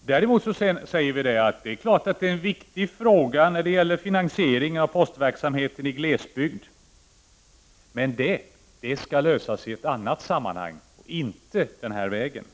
Däremot är naturligtvis finansieringen av postverksamheten i glesbygd en viktig fråga, men den skall lösas i ett annat sammanhang och inte den här vägen.